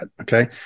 Okay